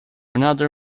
another